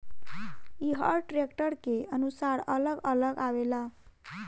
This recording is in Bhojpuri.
ई हर ट्रैक्टर के अनुसार अलग अलग आवेला